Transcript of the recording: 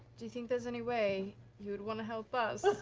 do you think there's any way you would want to help us